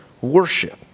worship